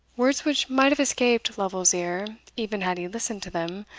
words which might have escaped lovel's ear even had he listened to them,